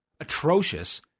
atrocious